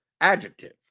adjective